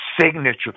signature